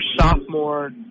sophomore